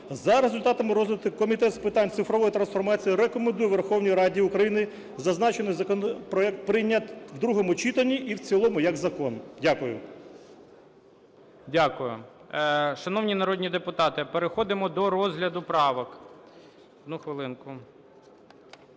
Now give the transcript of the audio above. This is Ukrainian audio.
За результатами розгляду Комітет з питань цифрової трансформації рекомендує Верховній Раді України зазначений законопроект прийняти в другому читанні і в цілому як закон. Дякую. ГОЛОВУЮЧИЙ. Дякую. Шановні народні депутати, переходимо до розгляду правок.